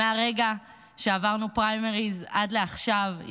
ומהרגע שעברנו פריימריז עד לעכשיו,